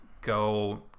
go